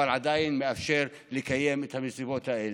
אבל עדיין לאפשר לקיים את המסיבות האלה.